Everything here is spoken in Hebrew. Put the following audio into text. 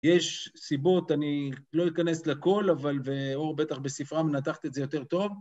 יש סיבות, אני לא אכנס לכל, אבל ואור, בטח בספרה, מנתחת את זה יותר טוב